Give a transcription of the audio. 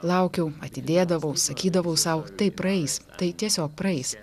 laukiau atidėdavau sakydavau sau tai praeis tai tiesiog praeis